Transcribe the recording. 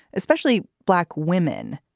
especially black women.